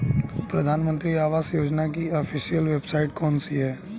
प्रधानमंत्री आवास योजना की ऑफिशियल वेबसाइट कौन सी है?